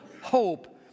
hope